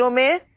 so me